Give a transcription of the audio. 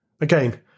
Again